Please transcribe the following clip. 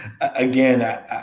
Again